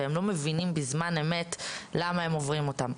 והם לא מבינים בזמן אמת למה הם עוברים אותם.